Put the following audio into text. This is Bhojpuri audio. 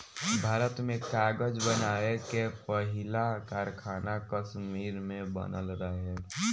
भारत में कागज़ बनावे के पहिला कारखाना कश्मीर में बनल रहे